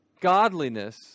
Godliness